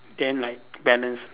then like balance